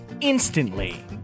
instantly